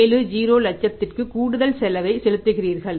70 லட்சத்திற்கு கூடுதல் செலவைச் செலுத்துகிறீர்கள்